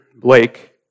Blake